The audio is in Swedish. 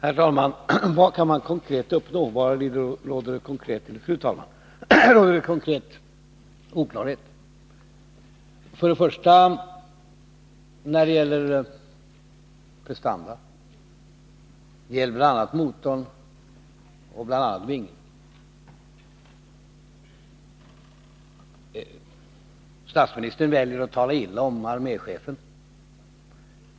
Fru talman! Thorbjörn Fälldin frågar: Vad kan man konkret uppnå? Jag vill vända på det: Var råder det nu konkret oklarhet? För det första råder det oklarhet i fråga om prestanda. Det gäller bl.a. motorn och vingkonstruktionen. — Statsministern väljer att tala illa om arméchefen.